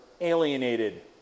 alienated